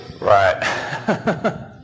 Right